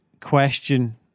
question